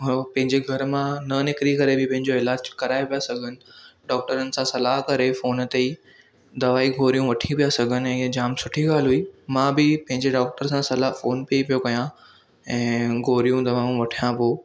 उहो पंहिंजे घर मां न निकिरी करे बि पंहिंजो इलाज कराए पिया सघनि डॉक्टरनि सां सलाहि करे फ़ोन ते ई दवाई गोरियूं वठी पिया सघनि ऐं इहा जाम सुठी ॻाल्हि हुई मां बि पंहिंजे डॉक्टर सां सलाहि फ़ोन ते ई पियो कयां ऐं गोरियूं दवाऊं वठां पियो